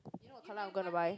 you know what colour I'm gonna buy